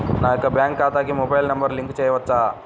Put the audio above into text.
నా యొక్క బ్యాంక్ ఖాతాకి మొబైల్ నంబర్ లింక్ చేయవచ్చా?